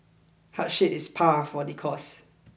hardship is par for the course